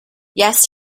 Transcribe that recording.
yes